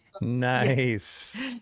nice